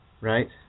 right